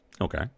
Okay